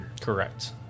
Correct